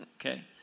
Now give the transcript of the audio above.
Okay